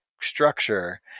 structure